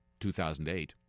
2008